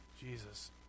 Jesus